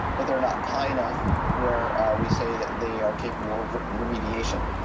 but they're not high enough where we say that they are capable of remediation,